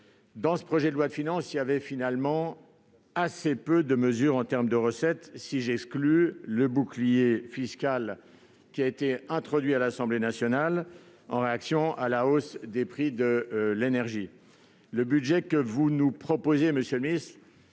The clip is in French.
Ce projet de loi de finances comporte finalement assez peu de mesures porteuses de recettes, à l'exclusion du bouclier fiscal introduit à l'Assemblée nationale en réaction à la hausse des prix de l'énergie. Le budget que vous nous proposez, monsieur le ministre,